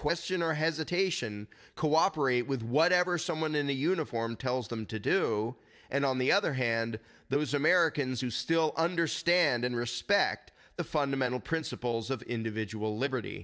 question or hesitation cooperate with whatever someone in a uniform tells them to do and on the other hand those americans who still understand and respect the fundamental principles of individual liberty